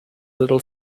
little